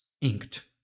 inked